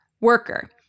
Worker